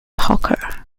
hawker